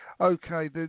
okay